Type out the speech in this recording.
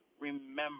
remember